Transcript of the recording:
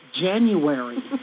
January